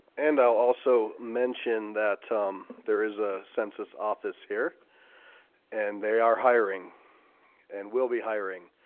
and i'll also mention that ah um there is a census office here and they are hiring and we'll be hiring.